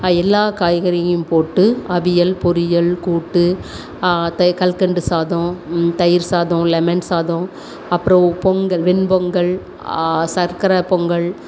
அது எல்லா காய்கறியும் போட்டு அவியல் பொரியல் கூட்டு கல்கண்டு சாதம் தயிர் சாதம் லெமன் சாதம் அப்புறம் பொங்கல் வெண்பொங்கல் சர்க்கரை பொங்கல்